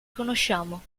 conosciamo